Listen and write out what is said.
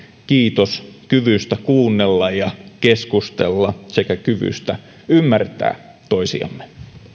kiitos kyvystä kuunnella ja keskustella sekä kyvystä ymmärtää toisiamme